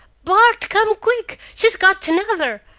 bart! come quick! she's got another!